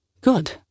Good